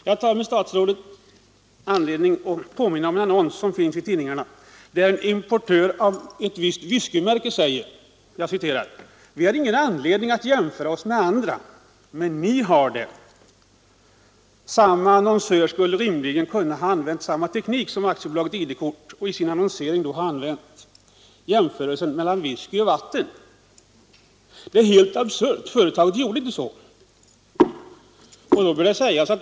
Jag finner, herr statsrådet, anledning påminna om en annons i tidningarna, där en importör av ett visst whiskymärke skriver: ”Vi har ingen anledning att jämföra oss med andra men ni har det.” Denna annonsör skulle rimligen ha kunnat använda samma teknik som AB ID-kort använt i sin annonsering och då ha jämfört sitt whiskymärke med vatten. Det hade varit helt absurt.